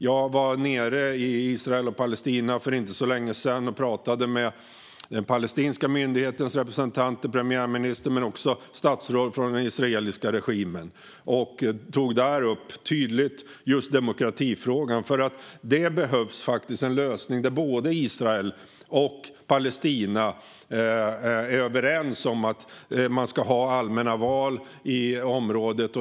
Jag var nere i Israel och Palestina för inte så länge sedan och talade med representanten för den palestinska myndigheten och för premiärministern men också med statsråd från den israeliska regimen. Jag tog då tydligt upp just demokratifrågan. Det behövs faktiskt en lösning där både Israel och Palestina är överens om att det ska hållas allmänna val i området.